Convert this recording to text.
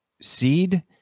seed